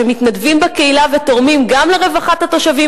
שמתנדבים בקהילה ותורמים גם לרווחת התושבים